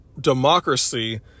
democracy